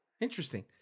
Interesting